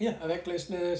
ya recklessness